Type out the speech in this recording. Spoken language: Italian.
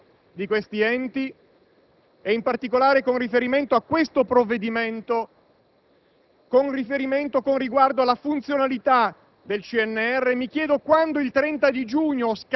Evidentemente l'attuale Governo si trova di fronte ad un sistema della ricerca che non riesce ad amministrare e a governare come vorrebbe.